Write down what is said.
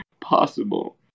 possible